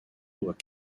doit